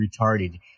retarded